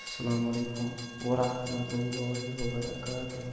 اَسلامُ علیکُم ورحمتُہ اللہ وَبَرکاتُہ